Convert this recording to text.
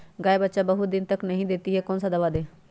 गाय बच्चा बहुत बहुत दिन तक नहीं देती कौन सा दवा दे?